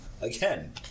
again